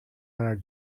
our